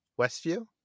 Westview